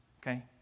okay